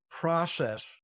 process